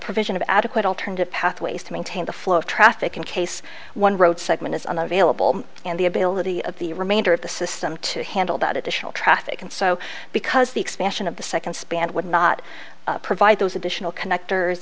provision of adequate alternative pathways to maintain the flow of traffic in case one road segment is unavailable and the ability of the remainder of the system to handle that additional traffic and so because the expansion of the second span would not provide those additional connectors